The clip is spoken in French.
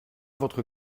votre